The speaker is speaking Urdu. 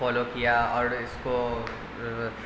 فالو کیا اور اس کو